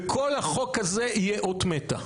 וכל החוק הזה יהיה אות מתה.